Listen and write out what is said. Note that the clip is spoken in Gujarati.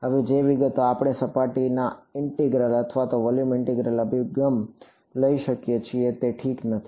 હવે જે વિગતો આપણે સપાટીના ઇન્ટેગ્રલ અથવા વોલ્યુમ ઇન્ટેગ્રલ અભિગમ લઈ શકીએ છીએ તે ઠીક નથી